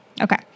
Okay